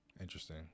Interesting